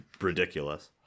ridiculous